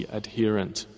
adherent